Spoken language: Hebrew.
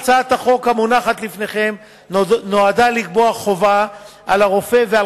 הצעת החוק המונחת לפניכם נועדה לקבוע חובה על רופא ועל